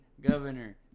governor